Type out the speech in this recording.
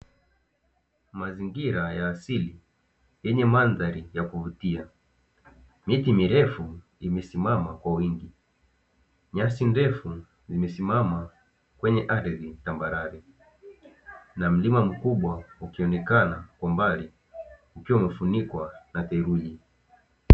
Mazingira ya asili yenye mandhari ya kuvutia. Miti mirefu imesimama kwa wingi, nyasi ndefu zimesimama kwenye ardhi tambarare, na mlima mkubwa ukionekana kwa mbali ukiwa umefunikwa na theluji.